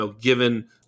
given